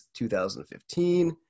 2015